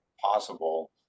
possible